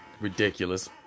ridiculous